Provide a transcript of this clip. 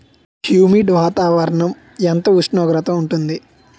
Humid వాతావరణం ఎంత ఉష్ణోగ్రత ఉంటుంది?